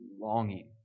longing